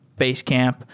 Basecamp